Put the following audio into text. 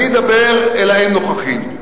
אני אדבר אל האין-נוכחים.